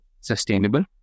sustainable